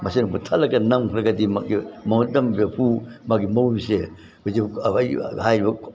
ꯃꯁꯤꯅꯕꯨ ꯊꯠꯂꯒ ꯅꯝꯈ꯭ꯔꯒꯗꯤ ꯃꯒꯤ ꯃꯍꯨꯁꯦ ꯍꯧꯖꯤꯛ ꯍꯥꯏꯔꯤꯕ